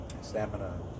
stamina